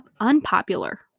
unpopular